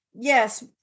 yes